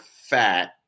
fat